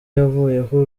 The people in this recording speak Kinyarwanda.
yavuyeho